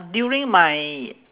during my